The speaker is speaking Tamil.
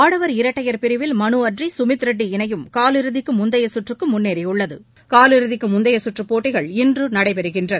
ஆடவர் இரட்டையர் பிரிவில் மனுஅட்ரி சுமித்ரெட்டி இணையும் காலிறுதிக்கு முந்தைய கற்றுக்கு முன்னேறியுள்ளது காலிறுதிக்கு முந்தைய சுற்றுப்போட்டிகள் இன்று நடைபெறுகின்றன